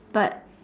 but